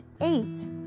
eight